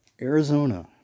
Arizona